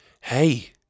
Hey